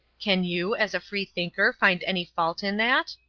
can you, as a free-thinker, find any fault in that?